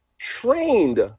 Trained